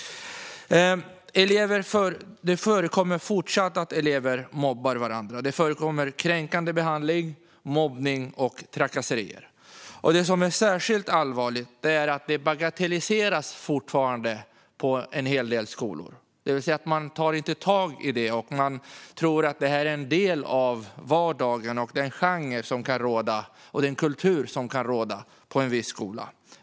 Det förekommer fortfarande att elever mobbar varandra. Det förekommer kränkande behandling, mobbning och trakasserier. Det som är särskilt allvarligt är att det fortfarande bagatelliseras på en hel del skolor. Man tar alltså inte tag i det utan tror att det är en del av vardagen och den kultur som kan råda på en viss skola.